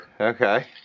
Okay